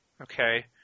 okay